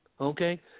Okay